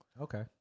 okay